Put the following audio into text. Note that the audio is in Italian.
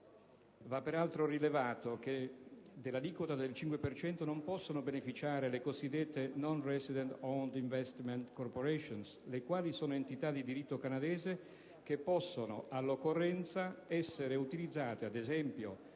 Va peraltro rilevato che dell'aliquota del 5 per cento non possono beneficiare le cosiddette *non resident-owned investment corporations* le quali sono entità di diritto canadese che possono, all'occorrenza, essere utilizzate (ad esempio,